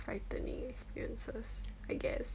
frightening experiences I guess